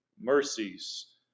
mercies